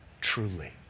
truly